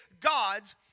God's